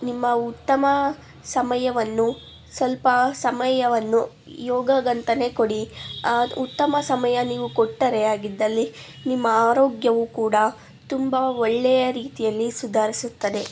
ನಿಮ್ಮ ಉತ್ತಮ ಸಮಯವನ್ನು ಸ್ವಲ್ಪ ಸಮಯವನ್ನು ಯೋಗಕ್ಕಂತನೇ ಕೊಡಿ ಉತ್ತಮ ಸಮಯ ನೀವು ಕೊಟ್ಟರೆ ಆಗಿದ್ದಲ್ಲಿ ನಿಮ್ಮ ಆರೋಗ್ಯವು ಕೂಡ ತುಂಬ ಒಳ್ಳೆಯ ರೀತಿಯಲ್ಲಿ ಸುಧಾರಿಸುತ್ತದೆ